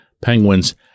Penguins